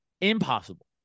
Impossible